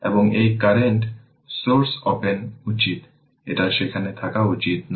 এবং এই current source open উচিত এটা সেখানে থাকা উচিত নয়